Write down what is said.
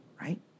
right